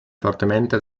fortemente